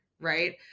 right